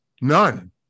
none